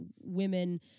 women